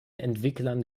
entwicklern